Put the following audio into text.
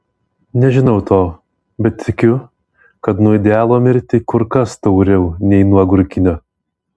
nežinau to bet tikiu kad nuo idealo mirti kur kas tauriau nei nuo agurkinio